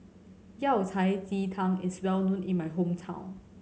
Yao Cai ji tang is well known in my hometown